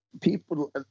People